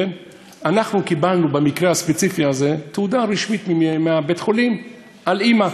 אנחנו קיבלנו במקרה הספציפי הזה תעודה רשמית מבית-החולים על אימא,